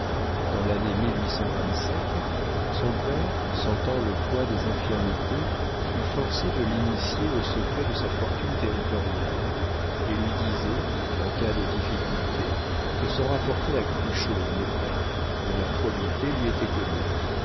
dans l'année son père sentant le poids des infirmités fut forcé de l'initier aux secrets de sa fortune territoriale et lui disait en cas de difficultés de s'en rapporter à cruchot le notaire dont la probité lui était connue